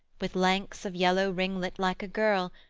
with lengths of yellow ringlet, like a girl,